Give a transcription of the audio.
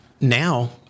Now